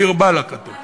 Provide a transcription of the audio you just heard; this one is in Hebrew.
דיר באלכ לכם.